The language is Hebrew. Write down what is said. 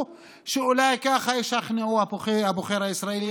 שאולי ככה ישכנעו את הבוחר הישראלי,